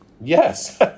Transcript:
Yes